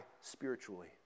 spiritually